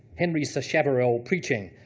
henry sacheverell, preaching.